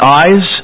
eyes